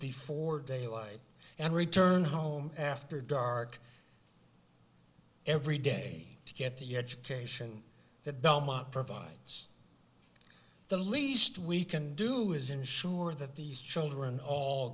before day away and return home after dark every day to get the education that belmont provides the least we can do is ensure that these children all